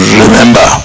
remember